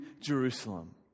Jerusalem